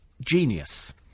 genius